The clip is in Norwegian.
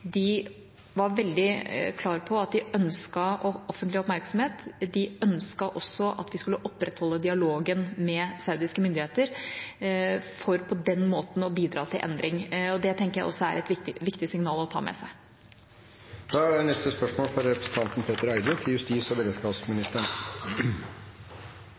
De var veldig klare på at de ønsket offentlig oppmerksomhet. De ønsket også at vi skulle opprettholde dialogen med saudiske myndigheter for på den måten å bidra til endring. Det tenker jeg også er et viktig signal å ta med seg. Dette spørsmålet er utsatt til neste spørretime, da statsråden er bortreist. Dette spørsmålet er utsatt til